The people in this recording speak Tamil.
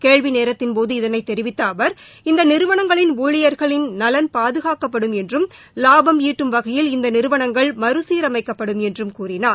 கேள்விநேரத்தின்போது இதனைத் தெரிவித்தஅவர் இந்தநிறுவனங்களின் ஊழியர்கள் நலன் பாதுகாக்கப்படும் என்றும் லாபம் ஈட்டும் வகையில் இந்தநிறுவனங்கள் மறுசீரமைக்கப்படும் என்றும் கூறினார்